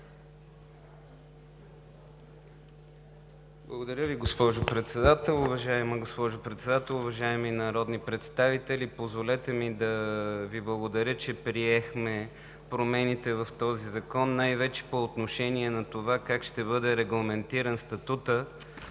Благодаря Ви, госпожо Председател. Уважаема госпожо Председател, уважаеми народни представители! Позволете ми да Ви благодаря, че приехте промените в този закон най-вече по отношение на това как ще бъде регламентиран статутът